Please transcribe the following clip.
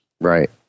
Right